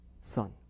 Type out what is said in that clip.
son